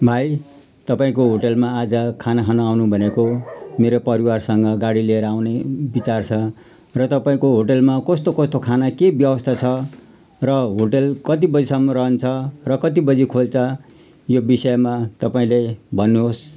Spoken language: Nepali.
भाइ तपाईँको होटलमा आज खाना खान आउनु भनेको मेरो परिवारसँग गाडी लिएर आउने विचार छ र तपाईँको होटलमा कस्तो कस्तो खाना के व्यवस्था छ र होटल कति बजीसम्म रहन्छ र कति बजी खोल्छ यो विषयमा तपाईँले भन्नुहोस्